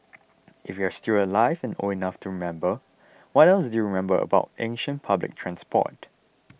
if you're still alive and old enough to remember what else do you remember about ancient public transport